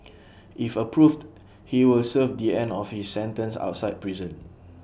if approved he will serve the end of his sentence outside prison